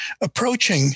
approaching